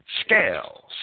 scales